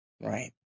Right